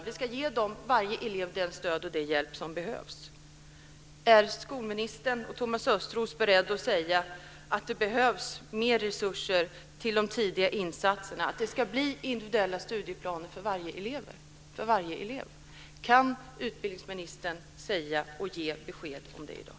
Vi ska ge varje elev det stöd och den hjälp som behövs. Är skolminister Thomas Östros beredd att säga att det behövs mer resurser till de tidiga insatserna, att det ska bli individuella studieplaner för varje elev? Kan utbildningsministern ge besked om det i dag?